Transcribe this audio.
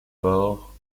faure